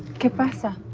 give us a